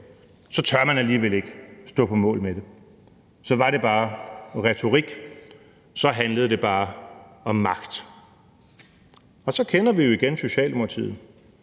så alligevel ikke tør stå på mål for det. Så var det bare retorik, så handlede det bare om magt, og så kender vi jo igen Socialdemokratiet.